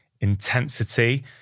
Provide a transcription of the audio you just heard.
intensity